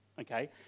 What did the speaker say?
Okay